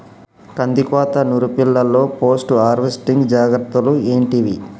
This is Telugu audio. కందికోత నుర్పిల్లలో పోస్ట్ హార్వెస్టింగ్ జాగ్రత్తలు ఏంటివి?